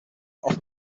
offer